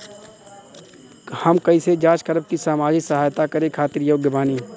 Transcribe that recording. हम कइसे जांच करब की सामाजिक सहायता करे खातिर योग्य बानी?